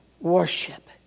worship